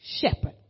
shepherd